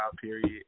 period